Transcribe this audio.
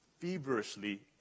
feverishly